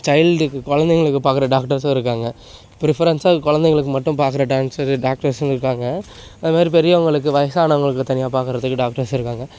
சைல்டுக்கு குலந்தைங்களுக்கு பார்க்கற டாக்டர்ஸும் இருக்காங்க ப்ரிஃபரன்ஸாக குலந்தைங்களுக்கு மட்டும் பார்க்கற டான்ஸரு டாக்டர்ஸுங்களும் இருக்காங்க அது மாதிரி பெரியவங்களுக்கு வயசானவங்களுக்கு தனியாக பார்க்கறதுக்கு டாக்டர்ஸ் இருக்காங்க